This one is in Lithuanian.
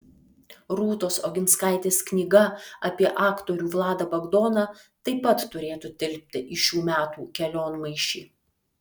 rūtos oginskaitės knyga apie aktorių vladą bagdoną taip pat turėtų tilpti į šių metų kelionmaišį